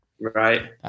Right